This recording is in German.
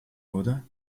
oder